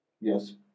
Yes